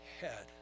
head